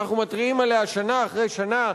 שאנחנו מתריעים עליה שנה אחרי שנה,